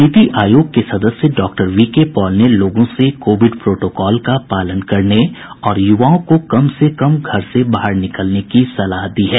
नीति आयोग के सदस्य डॉ वीके पॉल ने लोगों से कोविड प्रोटोकॉल का पालन करने और युवाओं को कम से कम घर से बाहर निकलने की सलाह दी है